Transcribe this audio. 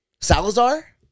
Salazar